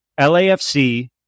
LAFC